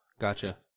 Gotcha